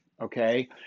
okay